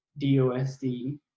DOSD